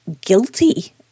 guilty